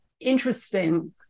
interesting